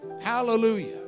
Hallelujah